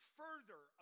further